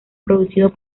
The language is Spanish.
producido